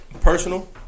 personal